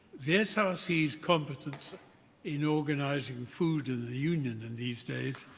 this oversees competence in organising and food in the union in these days